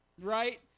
right